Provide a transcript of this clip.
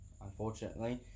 unfortunately